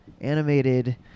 animated